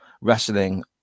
Wrestling